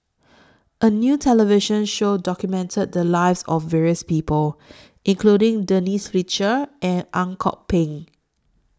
A New television Show documented The Lives of various People including Denise Fletcher and Ang Kok Peng